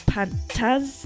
Pantaz